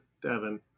Devin